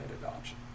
adoption